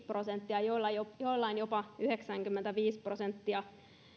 prosenttia joillain jopa yhdeksänkymmentäviisi prosenttia